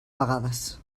vegades